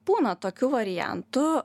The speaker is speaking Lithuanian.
būna tokių variantų